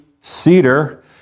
cedar